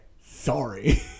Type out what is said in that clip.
sorry